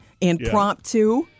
impromptu